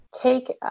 take